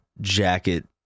jacket